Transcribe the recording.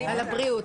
על הבריאות.